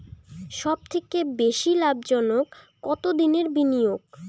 সবথেকে বেশি লাভজনক কতদিনের বিনিয়োগ?